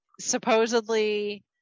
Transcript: supposedly